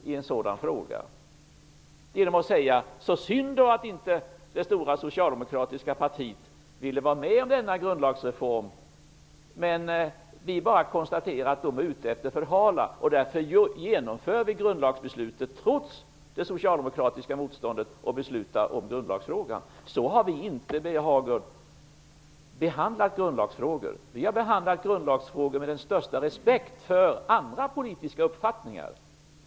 Kommer de då att säga att det var synd att det stora socialdemokratiska partiet inte ville vara med om denna grundlagsreform och konstatera att Socialdemokraterna bara var ute efter att förhala, och att de därför beslutar i grundlagsfrågan? Vi socialdemokrater har inte behandlat grundlagsfrågor på det sättet. Vi har behandlat dem med den största respekt för andra politiska uppfattningar.